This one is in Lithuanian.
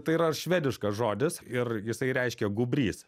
tai yra švediškas žodis ir jisai reiškia gūbrys